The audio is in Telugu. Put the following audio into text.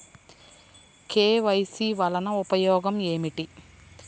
కే.వై.సి వలన ఉపయోగం ఏమిటీ?